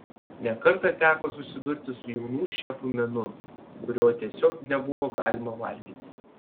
ne kartą teko susidurti su jaunų šefų menu kurio tiesiog nebuvo galima valgyti